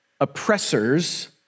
oppressors